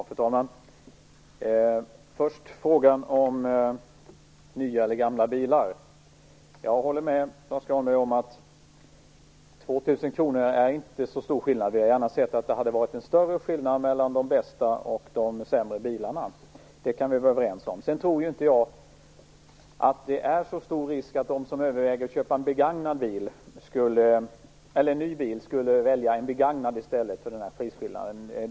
Fru talman! Först vill jag ta upp frågan om nya eller gamla bilar. Jag håller med Lars U Granberg om att 2 000 kr inte är så stor skillnad. Vi hade gärna sett att det varit en större skillnad mellan de bästa och de sämre bilarna. Det kan vi vara överens om. Sedan tror inte jag att det är så stor risk att de som överväger att köpa en ny bil väljer en begagnad i stället på grund av denna prisskillnad.